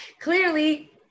Clearly